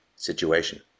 situation